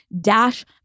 Dash